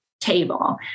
table